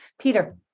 Peter